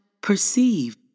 perceive